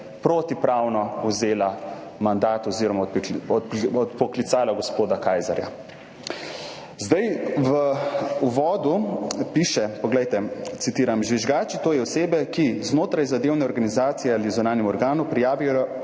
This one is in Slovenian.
protipravno vzela mandat oziroma odpoklicala gospoda Kajzerja. V uvodu piše, citiram: »Žvižgači, tj. osebe, ki (znotraj zadevne organizacije ali zunanjemu organu) prijavijo